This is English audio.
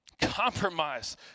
compromise